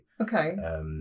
Okay